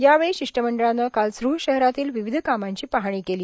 यावेळी शिष्टमॅडळाने कार्लसरू शहरातील विविध कामांची पाहणी केली